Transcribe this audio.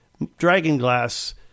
dragonglass